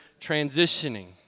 transitioning